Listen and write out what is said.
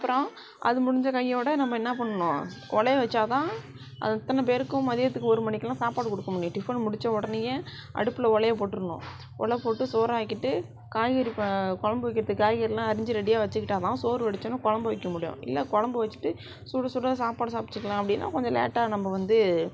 அப்புறம் அது முடிஞ்ச கையோடு நம்ம என்னாப் பண்ணணும் ஒலையை வச்சால்தான் அது இத்தனை பேருக்கும் மதியத்துக்கு ஒரு மணிக்கெலாம் சாப்பாடு கொடுக்க முடியும் டிஃபன் முடிச்ச உடனையே அடுப்பில் ஒலையை போட்டுடணும் உலப்போட்டு சோறாக்கிட்டு காய்கறி இப்போ குழம்பு வைக்கிறத்துக்கு காய்கறிலாம் அரிஞ்சு ரெடியாக வச்சுகிட்டாதான் சோறு வடித்தோனே குழம்பு வைக்க முடியும் இல்லை குழம்பு வச்சுட்டு சுட சுட சாப்பாடு சமைச்சுக்கலாம் அப்படின்னா கொஞ்சம் லேட்டாக நம்ப வந்து